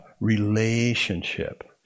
relationship